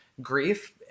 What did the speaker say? grief